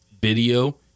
video